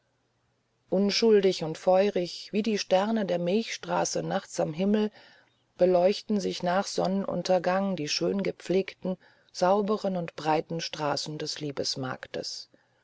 unschuldig und feurig wie die sterne der milchstraße nachts am himmel beleuchten sich nach sonnenuntergang die schöngepflegten sauberen und breiten straßen des